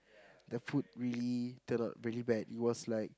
there food really turn out really bad it was like